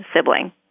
sibling